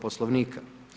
Poslovnika.